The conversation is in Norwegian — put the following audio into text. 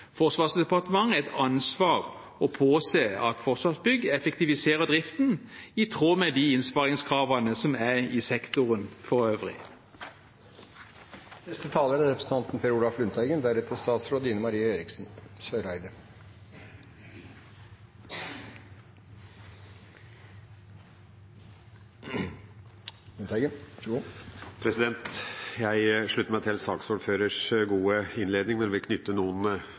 Forsvarsdepartementet et ansvar for å påse at Forsvarsbygg effektiviserer driften i tråd med de innsparingskravene som er i sektoren for øvrig. Jeg slutter meg til saksordførerens gode innledning, men vil knytte